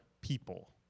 people